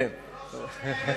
הוא שומע, הוא שומע.